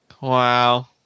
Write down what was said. Wow